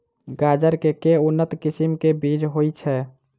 गाजर केँ के उन्नत किसिम केँ बीज होइ छैय?